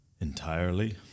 Entirely